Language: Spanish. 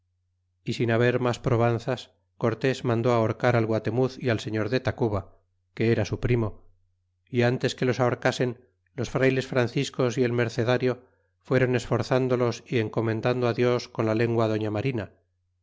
y sin haber mas probanzas cortés mandó ahorcar al guatemuz y al señor de tacuba que era su primo y ntes que los ahorcasen los frayles franciscos y el mercenario fuéron esforzndolos y encomendando dios con la lengua doña marina